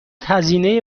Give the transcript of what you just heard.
هزینه